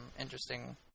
interesting